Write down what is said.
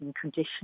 condition